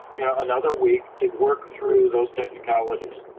you know, another week to work through those technicalities.